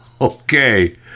Okay